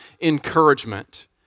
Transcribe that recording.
encouragement